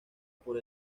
por